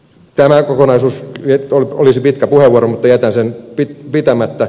tämä kokonaisuus olisi pitkä puheenvuoro mutta jätän sen pitämättä